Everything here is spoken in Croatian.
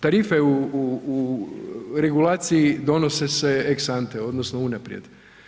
Tarife u regulaciji donose se ex ante odnosno unaprijed.